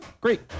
great